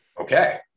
Okay